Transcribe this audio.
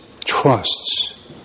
trusts